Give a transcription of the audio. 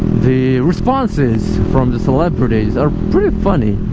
the responses from the celebrities are pretty funny